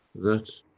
that's